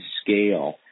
scale